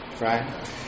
right